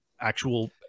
actual